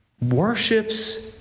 worships